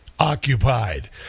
Occupied